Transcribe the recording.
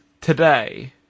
today